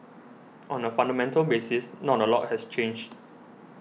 on a fundamental basis not a lot has changed